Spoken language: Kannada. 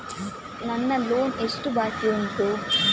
ನನ್ನ ಲೋನ್ ಎಷ್ಟು ಬಾಕಿ ಉಂಟು?